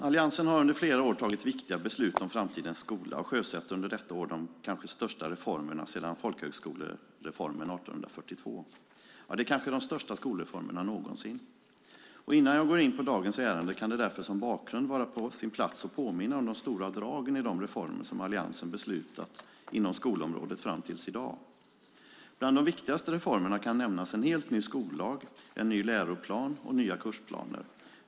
Alliansen har under flera år tagit viktiga beslut om framtidens skola och sjösätter under detta år de största skolreformerna sedan folkskolereformen 1842. Ja, det kanske är de största skolreformerna någonsin. Innan jag går in på dagens ärende kan det därför som bakgrund vara på sin plats att påminna om de stora dragen i de reformer som Alliansen beslutat inom skolområdet fram till i dag. Bland de viktigaste reformerna kan nämnas en helt ny skollag, en ny läroplan och nya kursplaner.